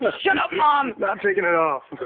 shut up mom! not taking it off!